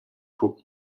peaux